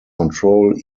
control